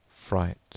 fright